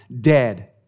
dead